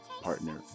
Partner